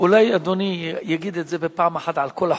אולי אדוני יגיד את זה בפעם אחת על כל החוקים.